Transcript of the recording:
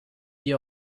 wie